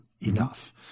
enough